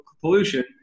pollution